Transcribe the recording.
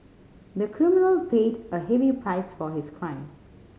the criminal paid a heavy price for his crime